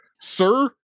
Sir